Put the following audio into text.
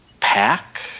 Pack